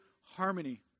harmony